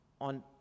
on